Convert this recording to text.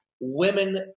Women